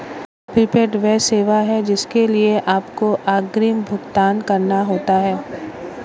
prepaid वह सेवा है जिसके लिए आपको अग्रिम भुगतान करना होता है